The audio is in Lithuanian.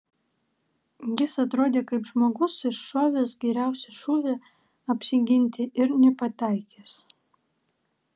jis atrodė kaip žmogus iššovęs geriausią šūvį apsiginti ir nepataikęs